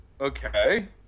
Okay